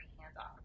hands-off